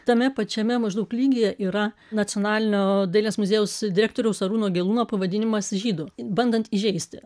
tame pačiame maždaug lygyje yra nacionalinio dailės muziejaus direktoriaus arūno gelūno pavadinimas žydu bandant įžeisti